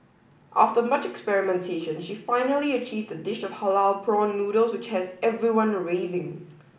after much experimentation she finally achieved a dish of halal prawn noodles which has everyone raving